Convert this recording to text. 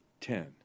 Ten